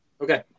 Okay